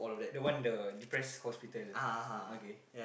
the one the depressed hospital okay